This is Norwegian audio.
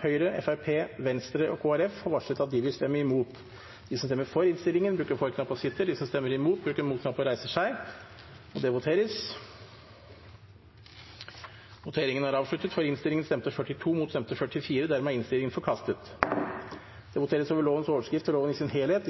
Høyre, Fremskrittspartiet, Venstre og Kristelig Folkeparti har varslet at de vil stemme imot. Det voteres over lovens overskrift og loven i sin helhet.